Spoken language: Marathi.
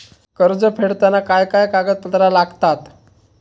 कर्ज फेडताना काय काय कागदपत्रा लागतात?